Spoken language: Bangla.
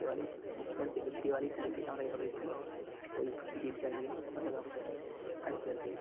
দেওয়ালি উৎসব দেওয়ালি সেলিব্রেট আমরা এভাবেই করি ওই দীপ জ্বালিয়ে পটকা ফোড়ে কালী পূজার দিন